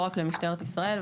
לא רק למשטרת ישראל,